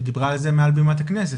היא דיברה על זה מעל בימת הכנסת,